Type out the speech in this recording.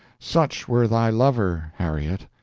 such were thy lover, harriet,